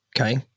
Okay